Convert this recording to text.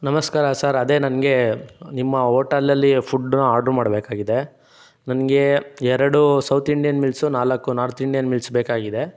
ನಮಸ್ಕಾರ ಸರ್ ಅದೇ ನನಗೆ ನಿಮ್ಮ ಹೋಟೆಲಲ್ಲಿ ಫುಡ್ಡನ್ನ ಆರ್ಡರ್ ಮಾಡಬೇಕಾಗಿದೆ ನನಗೆ ಎರಡು ಸೌತ್ ಇಂಡಿಯನ್ ಮಿಲ್ಸು ನಾಲ್ಕು ನಾರ್ತ್ ಇಂಡಿಯನ್ ಮಿಲ್ಸ್ ಬೇಕಾಗಿದೆ